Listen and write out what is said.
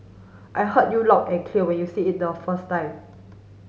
I heard you loud and clear when you say it the first time